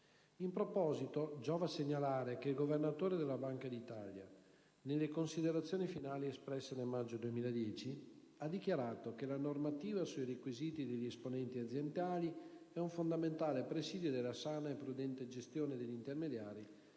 In proposito, giova segnalare che il Governatore della Banca d'Italia, nelle considerazioni finali espresse nel maggio 2010, ha dichiarato che la normativa sui requisiti degli esponenti aziendali è un fondamentale presidio della sana e prudente gestione degli intermediari